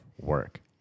work